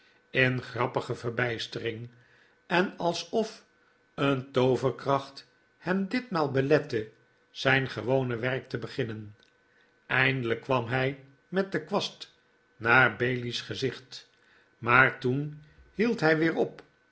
in grappige verbijstering en alsof een tooverkracht hem ditmaal belette zijn gewone werk te beginnen eindelijk kwam hij met de kwast naar bailey's gezicht maar toen hield hij weer op